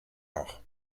auch